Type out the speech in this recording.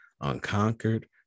unconquered